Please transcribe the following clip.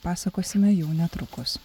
pasakosime jau netrukus